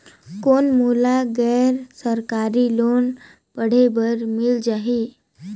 कौन मोला गैर सरकारी लोन पढ़े बर मिल जाहि?